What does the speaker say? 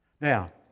Now